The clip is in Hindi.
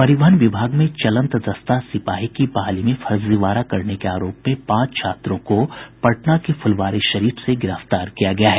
परिवहन विभाग में चलंत दस्ता सिपाही की बहाली में फर्जीवाड़ा करने के आरोप में पांच छात्रों को पटना के फुलवारीशरीफ से गिरफ्तार किया गया है